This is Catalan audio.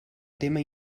tema